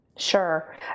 Sure